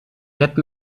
hätten